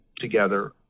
together